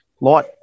Light